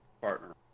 partner